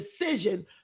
decision